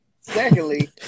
Secondly